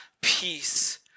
peace